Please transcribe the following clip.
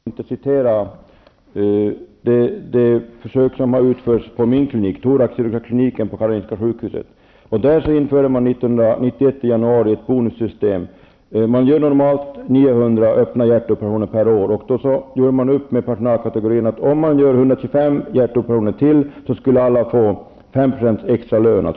Herr talman! Jag tackar Bo Könberg för detta svar. Jag hann inte förut referera de försök som har utförts på min klinik, thoraxkirurgikliniken på Karolinska sjukhuset. Där införde man 1991 i januari ett bonussystem. Normalt görs 900 öppna hjärtoperationer per år. Man gjorde upp med olika personalkategorier att om ytterligare 125 hjärtoperationer gjordes skulle alla få 5 % extra lön.